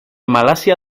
malasia